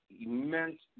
immense